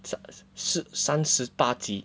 such 是三十八集